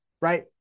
right